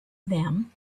them